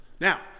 Now